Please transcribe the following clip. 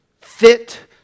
fit